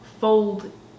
fold